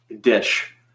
dish